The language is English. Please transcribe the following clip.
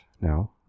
now